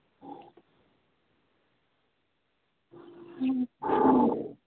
হুম